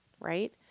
right